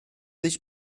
sich